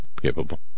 capable